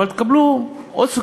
אבל תקבלו עוד סוכרייה: